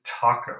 taco